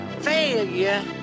failure